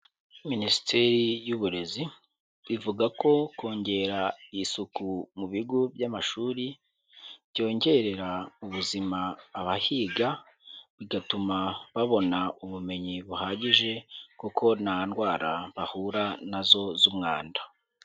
Minisiteri y'uburezi, ivuga ko kongera isuku mu bigo by'amashuri, byongerera ubuzima abahiga, bigatuma babona ubumenyi buhagije, kuko nta ndwara bahura nazo z'umwanda.